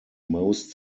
most